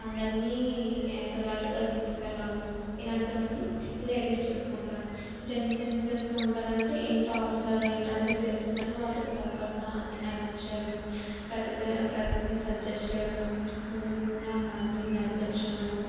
అందరినీ ఏకధాటిగా తీసుకెళ్ళడము ఇలాంటివన్నీ లేడీస్ చూసుకుంటారు జెంట్స్ ఏం చేస్తూ ఉంటారంటే ఇంట్లో అవసరాలు ఏంటనేది తెలుసుకుని వాటికి తగ్గట్టు అన్నీ అరేంజ్ చేయడము ప్రతీ డా ప్రతీది అజెస్ట్ చేయడము ముందుండి ఆ ఫ్యామిలీని నడిపించడము